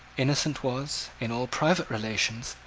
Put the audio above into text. innocent was, in all private relations,